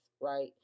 right